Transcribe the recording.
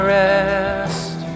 rest